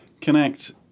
Connect